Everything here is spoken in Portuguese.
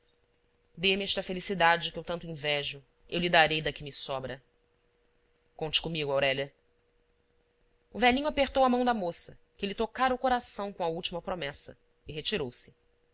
dê-me esta felicidade que eu tanto invejo eu lhe darei da que me sobra conte comigo aurélia o velhinho apertou a mão da moça que lhe tocara o coração com a última promessa e retirou-se